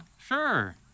Sure